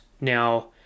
Now